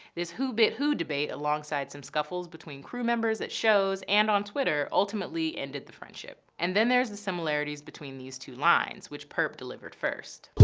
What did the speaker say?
this who-bit-who debate alongside some scuffles between crew members at shows and on twitter, ultimately ended the friendship. hillary and then there's the similarities between these two lines, which purrp delivered first.